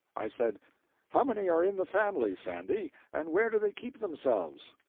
i said how many are in the family, sandy, and where do they keep themselves?